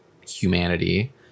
humanity